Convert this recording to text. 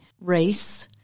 race